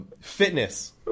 Fitness